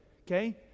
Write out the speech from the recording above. okay